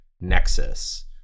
nexus